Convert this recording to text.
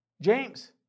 James